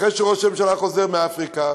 אחרי שראש הממשלה חזר מאפריקה,